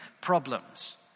problems